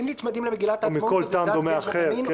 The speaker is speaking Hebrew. או מכל טעם דומה אחר,